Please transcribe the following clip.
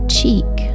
Cheek